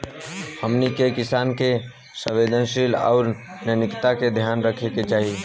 हमनी के किसान के संवेदनशीलता आउर नैतिकता के ध्यान रखे के चाही